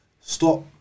stop